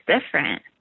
different